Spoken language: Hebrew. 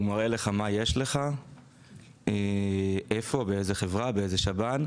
הוא מראה מה יש לך, איפה, באיזה חברה ובאיזה שב"ן.